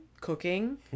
cooking